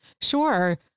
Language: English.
Sure